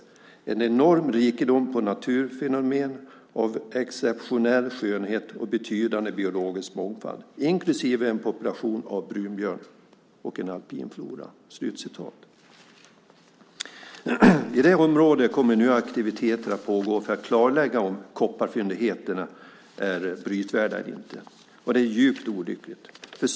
Det har en enorm rikedom på naturfenomen av exceptionell skönhet och betydande biologisk mångfald inklusive en population av brunbjörn och en alpin flora. I det området kommer nu aktiviteter att pågå för att klarlägga om kopparfyndigheterna är brytvärda eller inte. Det är djupt olyckligt.